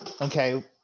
Okay